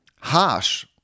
harsh